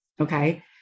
Okay